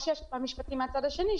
קושי משפטי מן הצד השני,